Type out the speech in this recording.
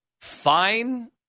Fine